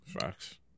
Facts